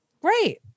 Great